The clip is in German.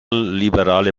liberale